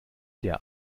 der